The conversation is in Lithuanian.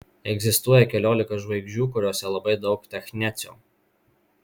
egzistuoja keliolika žvaigždžių kuriose labai daug technecio